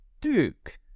Duke